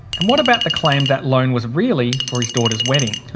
and what about the claim that loan was really for his daughter's wedding?